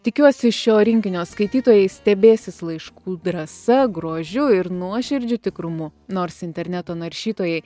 tikiuosi šio rinkinio skaitytojai stebėsis laiškų drąsa grožiu ir nuoširdžiu tikrumu nors interneto naršytojai